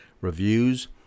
reviews